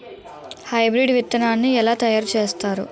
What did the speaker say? Hybrid విత్తనాన్ని ఏలా తయారు చేస్తారు?